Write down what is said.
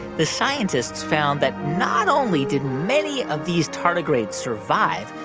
the scientists found that not only did many of these tardigrades survive,